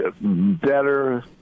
better